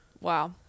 Wow